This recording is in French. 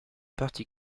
parti